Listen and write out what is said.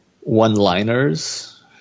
one-liners